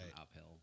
uphill